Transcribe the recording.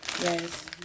Yes